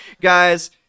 guys